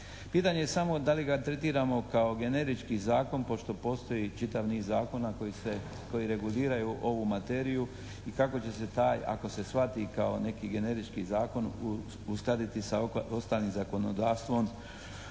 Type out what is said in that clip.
Pitanje je samo da li ga tretiramo kao generički zakon pošto postoji čitav niz zakona koji reguliraju ovu materiju i kako će se taj ako se shvati kao neki generički zakon, uskladiti sa ostalim zakonodavstvom